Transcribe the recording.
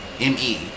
M-E